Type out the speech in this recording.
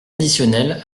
additionnel